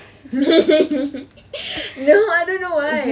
no I don't know why